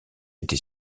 été